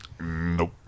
Nope